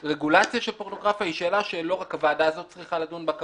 ברגולציה של פורנוגרפיה היא שאלה שלא רק הוועדה הזאת צריכה לדון בה,